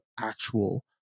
actual